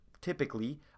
typically